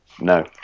no